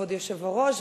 כבוד היושב-ראש,